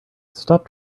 stop